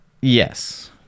Yes